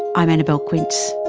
i'm annabelle quince.